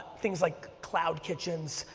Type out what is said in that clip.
things like cloud kitchens,